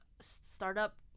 startup